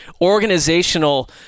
organizational